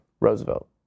Roosevelt